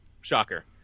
Shocker